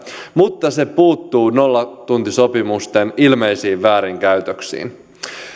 mutta se puuttuu nollatuntisopimusten ilmeisiin väärinkäytöksiin ensimmäinen